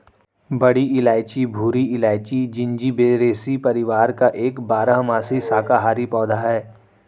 बड़ी इलायची भूरी इलायची, जिंजिबेरेसी परिवार का एक बारहमासी शाकाहारी पौधा है